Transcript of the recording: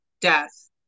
death